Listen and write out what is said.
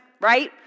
right